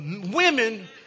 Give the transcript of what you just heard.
women